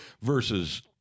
versus